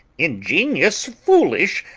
ingenious, foolish,